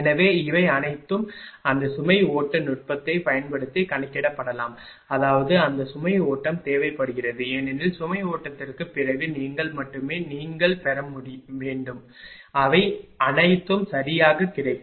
எனவே இவை அனைத்தும் அந்த சுமை ஓட்ட நுட்பத்தைப் பயன்படுத்தி கணக்கிடப்படலாம் அதாவது அந்த சுமை ஓட்டம் தேவைப்படுகிறது ஏனெனில் சுமை ஓட்டத்திற்கு பிறகு நீங்கள் மட்டுமே நீங்கள் பெற வேண்டும் இவை அனைத்தும் சரியாக கிடைக்கும்